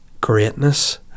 greatness